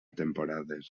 temporades